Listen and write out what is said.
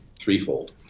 threefold